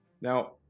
Now